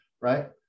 Right